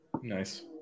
Nice